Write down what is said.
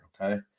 okay